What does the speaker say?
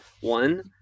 One